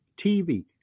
TV